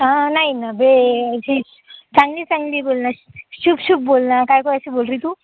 नाही न बे शी चांगली चांगली बोल न शुभ शुभ बोल ना कायको ऐसी बोल रही तू